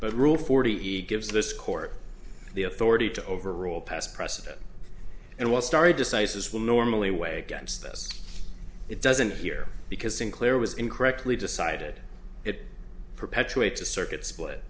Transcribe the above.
but rule forty eat gives this court the authority to overrule past precedent and well starry decisis will normally way against this it doesn't here because sinclair was incorrectly decided it perpetuates a circuit split